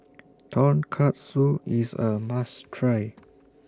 Tonkatsu IS A must Try